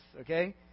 okay